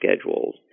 schedules